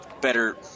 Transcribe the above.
better